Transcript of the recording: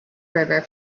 river